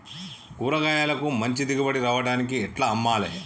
కూరగాయలకు మంచి దిగుబడి రావడానికి ఎట్ల అమ్మాలే?